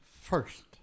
first